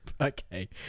Okay